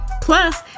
Plus